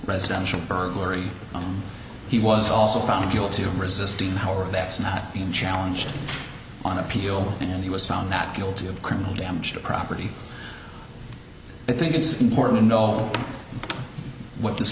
residential burglary he was also found guilty of resisting however that's not been challenged on appeal and he was found not guilty of criminal damage to property i think it's important to know what this